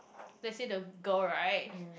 let's say the girl right